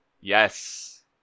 Yes